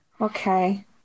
Okay